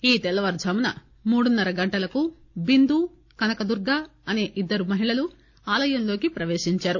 ఈ తెల్లవారుజామున మూడున్నర గంటలకు బిందు కనకదుర్గ అసే ఇద్దరు మహిళలు ఆలయంలోకి ప్రవేశించారు